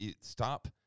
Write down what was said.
stop